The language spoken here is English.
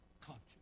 conscious